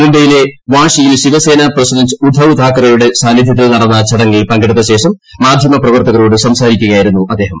മുബൈയിലെ വാഷിയിൽ Shiv Sena president Uddhav താക്കറുടെ സാന്നിധ്യത്തിൽ നടന്നു ചടങ്ങിൽ പങ്കെടുത്ത ശേഷം മാധ്യമ പ്രവർത്തകരോട്ട് സ്റ്റ്സാരിക്കുകയായിരുന്നു അദ്ദേഹം